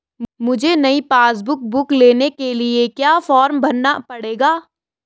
मुझे नयी passbook book लेने के लिए क्या फार्म भरना पड़ेगा?